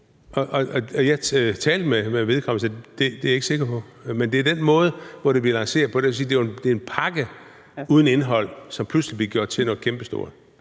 Og jeg talte med vedkommende og sagde: Det er jeg ikke sikker på. Men det er den måde, det bliver lanceret på. Det er jo en pakke uden indhold, som pludselig bliver gjort til noget kæmpestort.